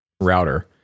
router